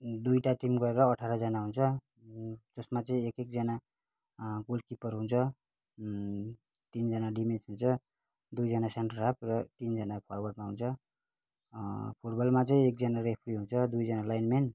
दुईवटा टिम गरेर अठारजना हुन्छ त्यसमा चाहिँ एक एकजना गोलकिपर हुन्छ तिनजना डिफेन्स हुन्छ दुईजना सेन्टर हाफ् र तिनजना फर्वाडमा हुन्छ फुटबलमा चाहिँ एकजना रेफ्री हुन्छ दुईजना लाइनमेन